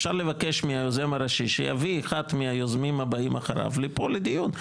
אפשר לבקש מהיוזם הראשי שיביא אחד מהיוזמים הבאים אחריו לפה לדיון.